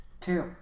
Two